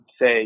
say